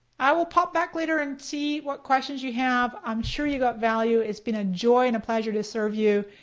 i will pop back later and see what questions you have, i'm sure you've got value. it's been a joy and a pleasure to serve you.